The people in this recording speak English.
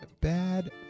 bad